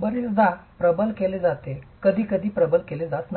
बरेचदा प्रबल केले जाते कधीकधी प्रबल केले जात नाही